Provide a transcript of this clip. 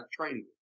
training